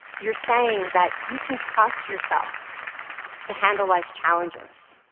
you're saying that you can trust yourself to handle life's challenges.